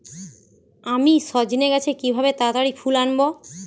আমি সজনে গাছে কিভাবে তাড়াতাড়ি ফুল আনব?